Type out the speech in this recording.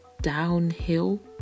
downhill